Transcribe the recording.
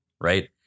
right